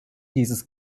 dieses